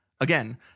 Again